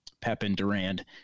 Pepin-Durand